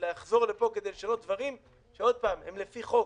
לחזור לפה כדי לשנות דברים שהם לפי חוק.